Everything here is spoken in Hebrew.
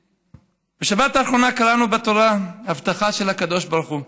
בשבת האחרונה קראנו בתורה הבטחה של הקדוש-ברוך-הוא: